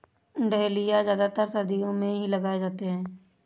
dahlia ज्यादातर सर्दियो मे ही लगाये जाते है